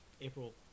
April